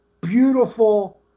beautiful